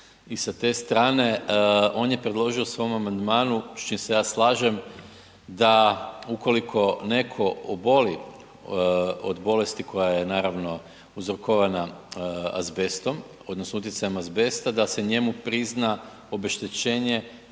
i sa te strane, on je predložio u svom amandmanu, s čim se ja slažem da, ukoliko netko oboli od bolesti koja je naravno uzrokovana azbestom, odnosno utjecajem azbesta, da se njemu prizna obeštećenje